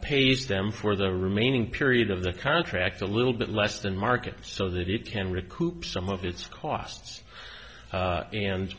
pays them for the remaining period of the contract a little bit less than market so that it can recoup some of its costs and